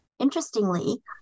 Interestingly